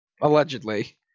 Allegedly